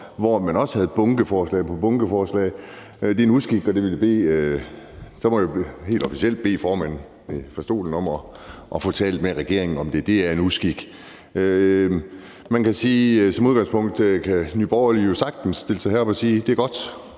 hvor man også havde bunkeforslag efter bunkeforslag. Det er en uskik, og det må jeg helt officielt bede formanden i formandsstolen om at få talt med regeringen om. Det er en uskik. Man kan sige, at som udgangspunkt kan Nye Borgerlige jo sagtens stille sig herop og sige, at det er godt,